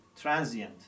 transient